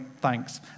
thanks